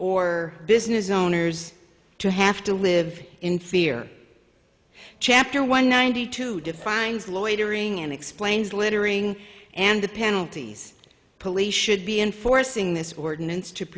or business owners to have to live in fear chapter one ninety two defines loitering and explains littering and the penalties police should be enforcing this ordinance to